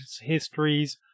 histories